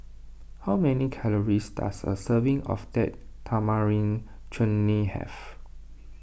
how many calories does a serving of Date Tamarind Chutney have